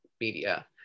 media